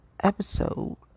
Episode